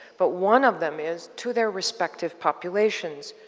but one of them is to their respective populations,